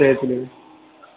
Jay Jhulelal